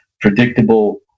predictable